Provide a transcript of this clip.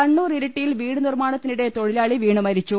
കണ്ണൂർ ഇരിട്ടിയിൽ വീട് നിർമ്മാണത്തിനിടെ തൊഴിലാളി വീണു മരിച്ചു